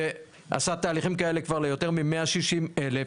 ועשה תהליכים כאלה כבר ליותר ממאה שישים אלף.